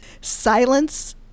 silence